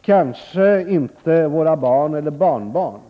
kanske inte heller våra barn eller barnbarn.